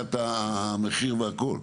עליית המחיר והכל.